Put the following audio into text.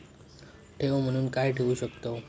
ठेव म्हणून काय ठेवू शकताव?